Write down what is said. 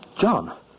John